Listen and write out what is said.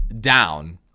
down